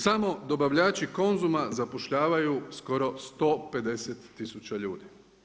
Samo dobavljači Konzuma zapošljavaju skoro 150000 ljudi.